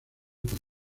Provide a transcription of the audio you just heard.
con